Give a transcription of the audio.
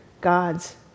God's